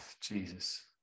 Jesus